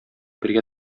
бергә